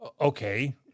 Okay